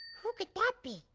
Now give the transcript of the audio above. who could that be?